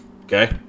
okay